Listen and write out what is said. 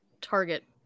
target